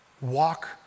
walk